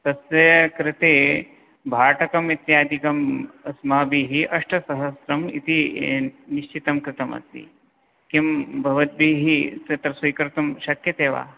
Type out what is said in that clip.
तस्य कृते भाटकम् इत्यादिकम् अस्माभिः अष्टसहस्रं इति निश्चितं कृतम् अस्ति किं भवद्भिः तत् स्वीकर्तुं शक्यते वा